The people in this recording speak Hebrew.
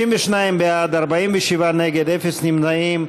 62 בעד, 47 נגד, ואפס נמנעים.